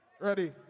Ready